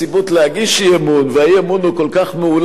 להגיש אי-אמון והאי-אמון הוא כל כך מאולץ,